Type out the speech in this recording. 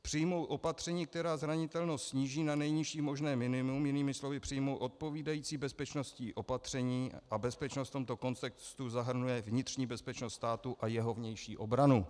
Přijmout opatření, která zranitelnost sníží na nejnižší možné minimum, jinými slovy přijmout odpovídající bezpečnostní opatření, a bezpečnost v tomto kontextu zahrnuje vnitřní bezpečnost státu a jeho vnější obranu.